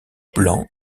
blanc